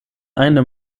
eine